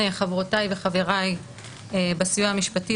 חברותיי וחבריי בסיוע המשפטי.